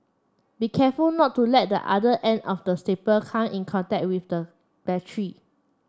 be careful not to let the other end of the staple come in contact with the